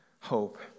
hope